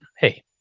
hey